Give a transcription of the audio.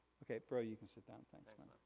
okay, bro, you can sit down, thanks man.